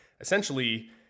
essentially